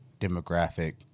demographic